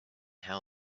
how